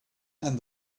and